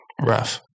Rough